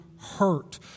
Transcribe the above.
hurt